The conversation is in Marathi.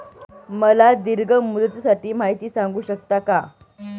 मला दीर्घ मुदतीसाठी माहिती सांगू शकता का?